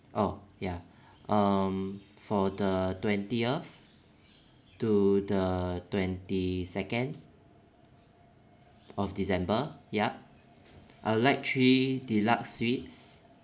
orh ya um for the twentieth to the twenty second of december yup I'll like three deluxe suites